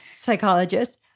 psychologist